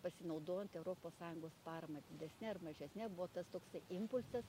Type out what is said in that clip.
pasinaudojant europos sąjungos parama didesne ar mažesne buvo tas toksai impulsas